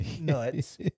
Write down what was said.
nuts